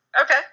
Okay